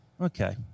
okay